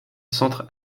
centre